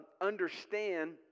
understand